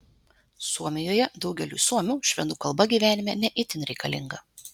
suomijoje daugeliui suomių švedų kalba gyvenime ne itin reikalinga